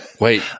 Wait